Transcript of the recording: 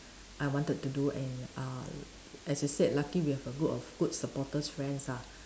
I wanted to do and uh as you said lucky we have a group of good supporters friends ah